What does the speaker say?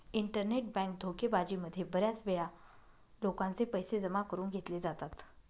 internet bank धोकेबाजी मध्ये बऱ्याच वेळा लोकांचे पैसे जमा करून घेतले जातात